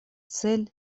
цель